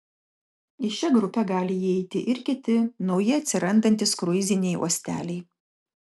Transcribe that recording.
į šią grupę gali įeiti ir kiti nauji atsirandantys kruiziniai uosteliai